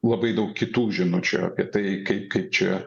labai daug kitų žinučių apie tai kaip kaip čia